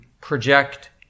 project